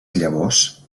llavors